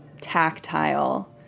tactile